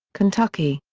kentucky.